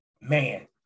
man